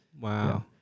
Wow